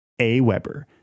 AWeber